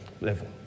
level